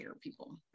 people